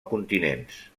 continents